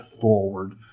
forward